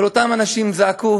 אבל אותם אנשים זעקו: